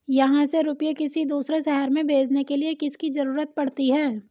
यहाँ से रुपये किसी दूसरे शहर में भेजने के लिए किसकी जरूरत पड़ती है?